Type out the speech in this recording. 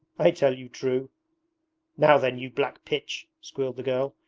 i tell you true now then, you black pitch squealed the girl,